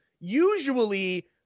usually –